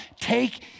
Take